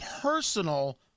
personal